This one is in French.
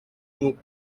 nous